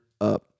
up